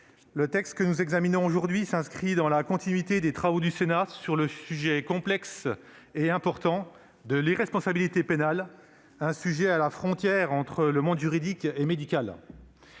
le texte que nous examinons aujourd'hui s'inscrit dans la continuité des travaux du Sénat sur le sujet complexe et important de l'irresponsabilité pénale, un sujet à la frontière du monde juridique et du